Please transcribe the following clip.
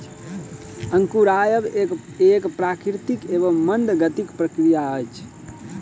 अंकुरायब एक प्राकृतिक एवं मंद गतिक प्रक्रिया अछि